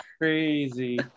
Crazy